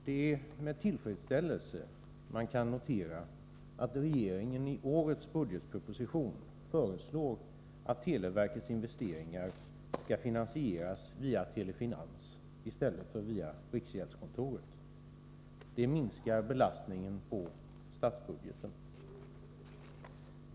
Det är med tillfredsställelse man kan notera att regeringen i årets budgetproposition föreslår att televerkets investeringar skall finansieras via Telefinans i stället för via riksgäldskontoret. Det minskar belastningen på statsbudgeten.